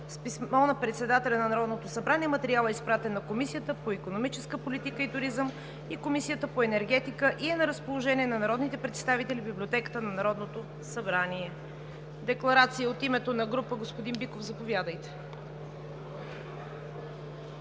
С писмо на председателя на Народното събрание материалът е изпратен на Комисията по икономическа политика и туризъм и Комисията по енергетика и е на разположение на народните представители в Библиотеката на Народното събрание. Декларация от името на група. Господин Биков, заповядайте.